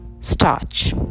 starch